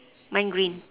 mine green